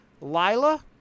Lila